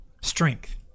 strength